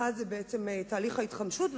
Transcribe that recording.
האחד הוא תהליך ההתחמשות,